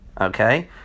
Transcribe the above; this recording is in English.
Okay